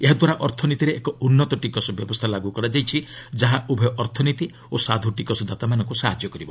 ଏହାଦ୍ୱାରା ଅର୍ଥନୀତିରେ ଏକ ଉନ୍ନତ ଟିକସ ବ୍ୟବସ୍ଥା ଲାଗୁ କରାଯାଇଛି ଯାହା ଉଭୟ ଅର୍ଥନୀତି ଓ ସାଧୁ ଟିକସଦାତାମାନଙ୍କୁ ସାହାଯ୍ୟ କରିବ